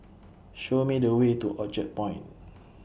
Show Me The Way to Orchard Point